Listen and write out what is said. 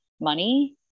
money